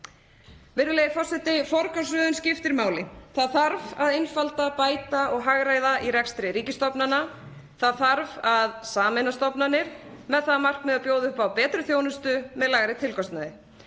Virðulegi forseti. Forgangsröðun skiptir máli. Það þarf að einfalda, bæta og hagræða í rekstri ríkisstofnana. Það þarf að sameina stofnanir með það að markmiði að bjóða upp á betri þjónustu með lægri tilkostnaði.